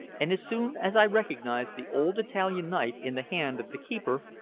and as soon as i recognized the old italian knife in the hand of the keeper,